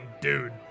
dude